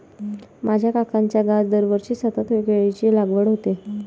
माझ्या काकांच्या गावात दरवर्षी सतत केळीची लागवड होते